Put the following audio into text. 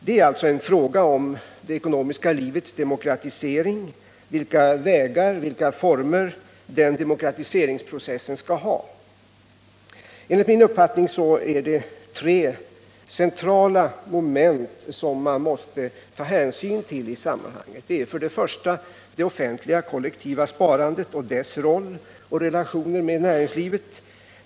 Det är alltså en fråga om det ekonomiska livets demokratisering, vilka vägar den demokratiseringsprocessen skall följa och vilka former den skall ha. Enligt min uppfattning är det tre centrala moment som man måste ta hänsyn till i sammanhanget. För det första: det offentliga kollektiva sparandet och dess roll i och relationer till näringslivet.